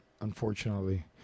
unfortunately